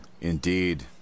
Indeed